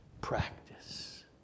practice